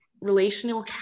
relational